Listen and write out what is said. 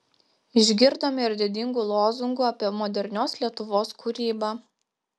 išgirdome ir didingų lozungų apie modernios lietuvos kūrybą